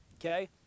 okay